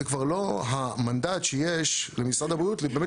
זה כבר לא המנדט שיש למשרד הבריאות באמת